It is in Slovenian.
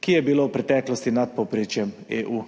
ki je bilo v preteklosti nad povprečjem EU.